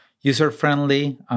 user-friendly